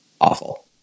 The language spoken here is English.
awful